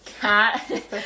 cat